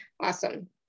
Awesome